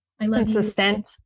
consistent